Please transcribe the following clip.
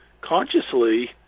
consciously